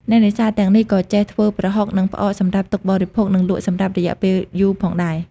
អ្នកនេសាទទាំងនេះក៏ចេះធ្វើ ប្រហុក និងផ្អកសម្រាប់ទុកបរិភោគនិងលក់សម្រាប់រយៈពេលយូរផងដែរ។